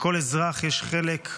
לכל אזרח, יש חלק.